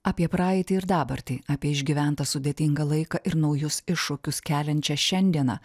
apie praeitį ir dabartį apie išgyventą sudėtingą laiką ir naujus iššūkius keliančią šiandieną